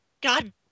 God